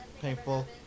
painful